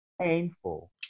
Painful